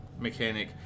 mechanic